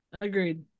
agreed